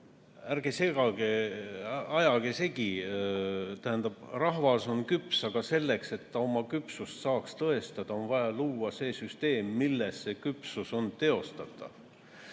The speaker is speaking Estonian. ärge ajage segi. Rahvas on küps, aga selleks, et ta oma küpsust saaks tõestada, on vaja luua süsteem, milles see küpsus on teostatav.